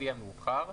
לפי המאוחר,